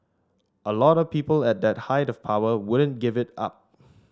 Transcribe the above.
a lot of people at that height of power wouldn't give it up